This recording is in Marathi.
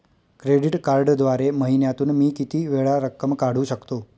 क्रेडिट कार्डद्वारे महिन्यातून मी किती वेळा रक्कम काढू शकतो?